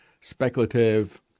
speculative